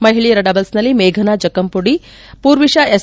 ಮಹಿಳೆಯರ ಡಬಲ್ಸ್ನಲ್ಲಿ ಮೇಘನಾ ಜಕ್ಕಂಪುಡಿ ಪೂರ್ವಿಶಾ ಎಸ್